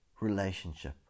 relationship